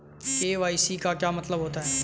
KYC का क्या मतलब होता है?